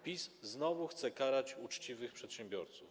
PiS znowu chce karać uczciwych przedsiębiorców.